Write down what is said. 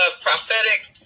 prophetic